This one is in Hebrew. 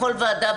בכל ועדה,